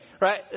Right